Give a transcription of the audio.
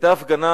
היתה הפגנה,